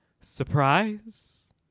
surprise